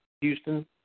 Houston